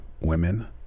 women